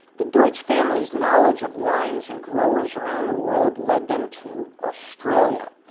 the deutsch family's knowledge of wines and growers around the world led them to australia.